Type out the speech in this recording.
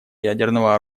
ядерного